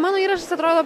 mano įrašas atrodo